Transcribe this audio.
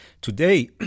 today